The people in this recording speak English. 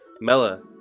Mella